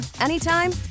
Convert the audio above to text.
anytime